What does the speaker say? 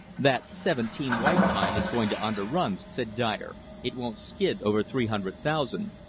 that seventeen white pine is going to underrun, said dyer. it won't skid over three hundred thousand.